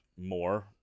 more